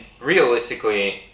realistically